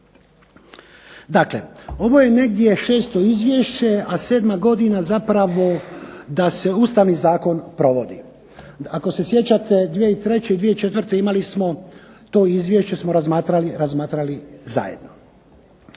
Dakle, ovo je negdje šesto izvješće, a sedma godina zapravo da se ustavni zakon provodi. Ako se sjećate 2003., 2004. imali smo, to izvješće smo razmatrali zajedno.